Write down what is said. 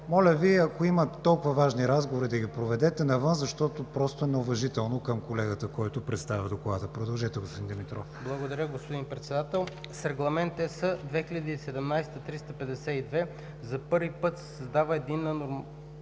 Моля Ви, ако има толкова важни разговори, да ги проведете навън, защото просто е неуважително към колегата, който представя Доклада. Продължете, господин Димитров. ДОКЛАДЧИК ДИЛЯН ДИМИТРОВ: Благодаря, господин Председател. „С Регламент (ЕС) 2017/352 за първи път се създава единна нормативна